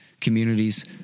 communities